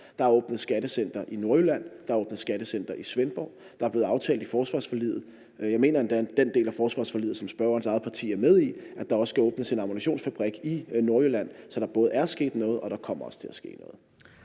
Der er åbnet et skattecenter i Nordjylland. Der er åbnet et skattecenter i Svendborg. Der er blevet aftalt i forsvarsforliget – endda den del af forsvarsforliget, som spørgerens eget parti er med i, mener jeg – at der også skal åbnes en ammunitionsfabrik i Nordjylland. Så der er både sket noget, og der kommer også til at ske noget.